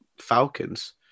Falcons